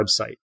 website